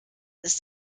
ist